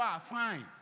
fine